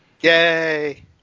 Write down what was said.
Yay